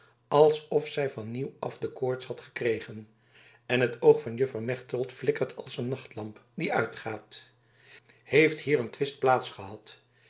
alsof zij van nieuw af de koorts had gekregen en het oog van juffer mechtelt flikkert als een nachtlamp die uitgaat heeft hier een twist